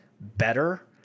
better